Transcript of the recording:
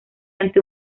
ante